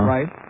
Right